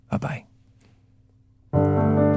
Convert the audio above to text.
Bye-bye